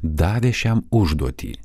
davė šiam užduotį